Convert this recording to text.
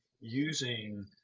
using